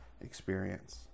experience